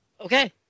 Okay